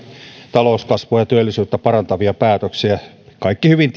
talouskasvua ja työllisyyttä parantavia päätöksiä kaikki hyvin